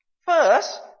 First